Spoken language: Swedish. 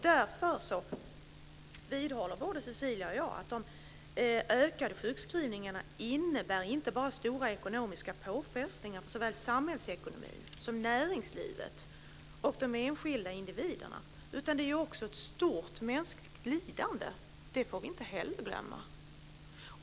Därför vidhåller både Cecilia och jag att de ökade sjukskrivningarna inte bara innebär stora ekonomiska påfrestningar för såväl samhällsekonomin som näringslivet och de enskilda individerna. Det är också ett stort mänskligt lidande. Det får vi inte heller glömma.